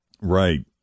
Right